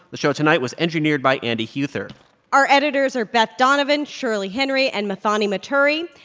the show tonight was engineered by andy huether our editors are beth donovan, shirley henry and muthoni muturi.